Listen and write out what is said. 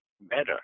better